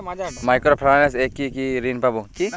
Micro finance এ কি কি ঋণ পাবো?